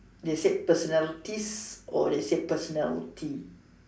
they said personalities or they said personality